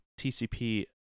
TCP